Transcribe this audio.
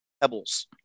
pebbles